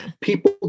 people